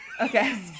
okay